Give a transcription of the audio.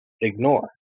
ignore